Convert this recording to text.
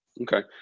Okay